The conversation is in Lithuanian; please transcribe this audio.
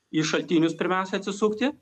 į šaltinius pirmiausia atsisukti